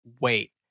wait